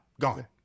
gone